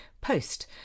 post